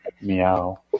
meow